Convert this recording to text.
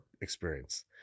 experience